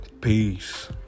Peace